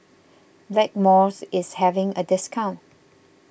Blackmores is having a discount